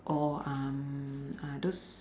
or um uh those